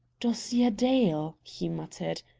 dosia dale, he muttered,